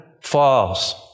falls